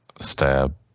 Stab